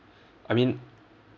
I mean